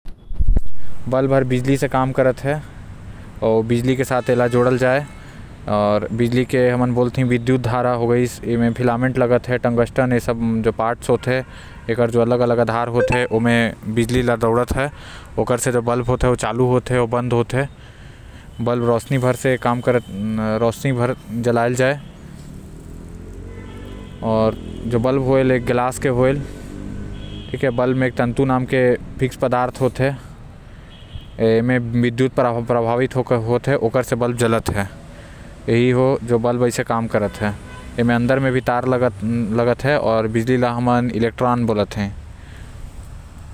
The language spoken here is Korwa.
बल्ब हर बिजली से काम करेल आऊ ऐला बिजली से जोडल जाएल। बिजली में एगो फिलामेंट आऊ टंगस्टन होएल आऊ ओकर ऊपर के कटोरी जैसन वाला भाग कांच के होएल। एंकर म अलग अलग तार होएल जेकर म बिजली हर दौड़ते आऊ बल्ब के काम खाली रोशनी देना होते। आऊ बल्ब जो हे ओ करेंट से काम करेल।